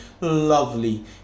lovely